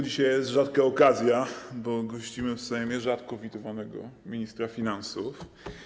Dzisiaj jest rzadka okazja, bo gościmy w Sejmie rzadko widywanego ministra finansów.